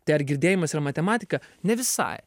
tai ar girdėjimas yra matematika ne visai